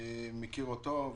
מכיר אותו.